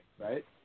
right